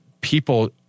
people